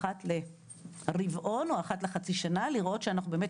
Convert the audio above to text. אחת לרבעון או אחת לחצי שנה לראות שאנחנו באמת